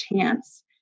chance